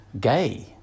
gay